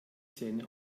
zähne